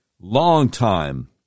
long-time